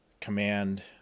command